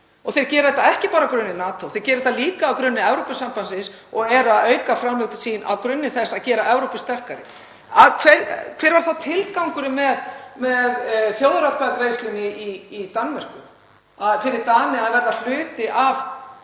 Þeir gera þetta ekki bara á grunni NATO heldur líka á grunni Evrópusambandsins og eru að auka framlög sín á grunni þess að gera Evrópu sterkari. Hver var tilgangurinn með þjóðaratkvæðagreiðslunni í Danmörku, fyrir Dani að verða hluti af